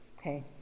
Okay